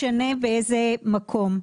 באיזה מקום,